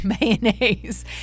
mayonnaise